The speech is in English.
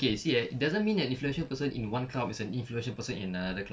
okay you see eh it doesn't mean that influential person in one club is an influential person in another club